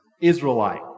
Israelite